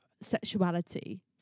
sexuality